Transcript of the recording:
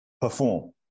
perform